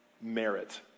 merit